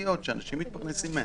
מקצועיות ואנשים מתפרנסים מהן.